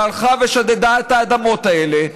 שהלכה ושדדה את האדמות האלה.